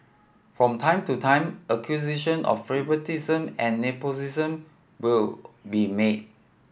from time to time accusation of favouritism and nepotism will be made